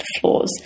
Floors